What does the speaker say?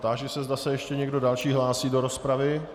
Táži se, zda se ještě někdo další hlásí do rozpravy.